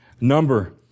number